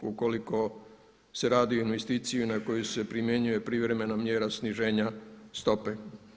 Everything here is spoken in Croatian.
Ukoliko se radi o investiciji na koju se primjenjuje privremena mjera sniženja stope.